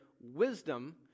wisdom